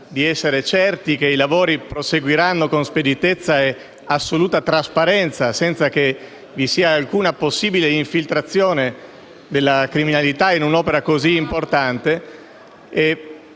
di essere certi che i lavori proseguiranno con speditezza e assoluta trasparenza, senza che vi sia alcuna possibile infiltrazione della criminalità in un'opera così importante,